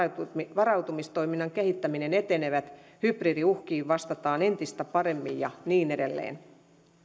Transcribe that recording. varautumistoiminnan kehittäminen etenevät hybridiuhkiin vastataan entistä paremmin ja niin edelleen